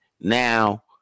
now